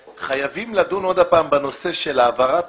חייבים לדון עוד פעם בנושא של העברת